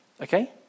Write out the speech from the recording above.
Okay